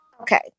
Okay